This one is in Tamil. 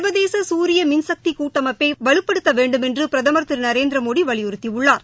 சா்வதேச சூரிய மின்சக்தி கூட்டமைப்பை வலுப்படுத்த வேண்டுமென்று பிரதமா் திரு நரேந்திரமோடி வலியுறுத்தியுள்ளார்